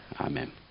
Amen